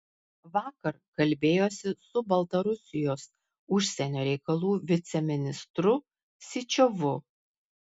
vakar kalbėjosi su baltarusijos užsienio reikalų viceministru syčiovu